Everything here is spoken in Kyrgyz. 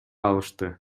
алышты